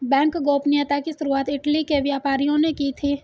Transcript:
bank गोपनीयता की शुरुआत इटली के व्यापारियों ने की थी